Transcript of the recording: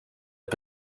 het